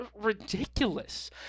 ridiculous